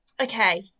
Okay